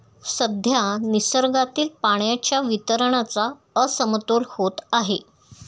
सध्या निसर्गातील पाण्याच्या वितरणाचा असमतोल होत आहे